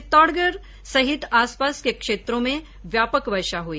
चित्तौडगढ़ सहित आसपास के क्षेत्रों में व्यापक वर्षा हुई